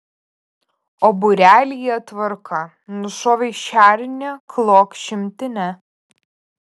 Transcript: o būrelyje tvarka nušovei šernę klok šimtinę